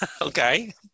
Okay